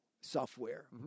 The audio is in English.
software